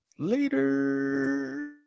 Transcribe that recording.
LATER